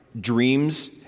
dreams